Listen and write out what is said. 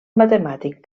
matemàtic